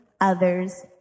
others